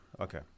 Okay